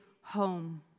home